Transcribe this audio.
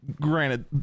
granted